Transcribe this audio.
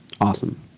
Awesome